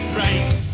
race